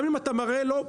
גם אם אתה מראה לו,